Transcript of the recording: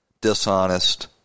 dishonest